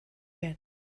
yet